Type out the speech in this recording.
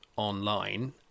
online